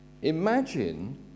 Imagine